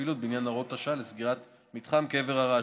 פעילות בעניין הוראת השעה לסגירת מתחם קבר הרשב"י.